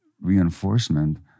reinforcement